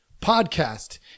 podcast